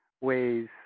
ways